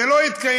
זה לא יתקיים.